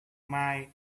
mind